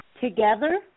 together